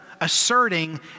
asserting